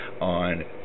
on